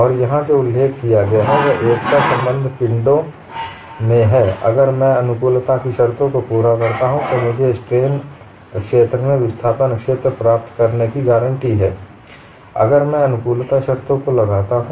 और यहां जो उल्लेख किया गया है वह एकश संबंद्ध पिंडों में है अगर मैं अनुकूलता की शर्तों को पूरा करता हूं तो मुझे स्ट्रेन क्षेत्र से विस्थापन क्षेत्र प्राप्त करने की गारंटी है अगर मैं अनुकूलता शर्तों को लगाता हूं